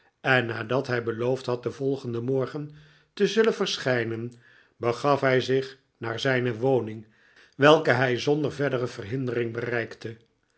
er in ennadathij beloofd had den volgenden morgen te zullen verschijnen begaf luj zich naar zijne woning welke hij zonder verdere verhindering bereikte